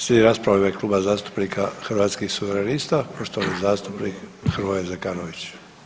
Slijedi rasprava u ime Kluba zastupnika Hrvatskih suverenista, poštovani zastupnik Hrvoje Zekanović.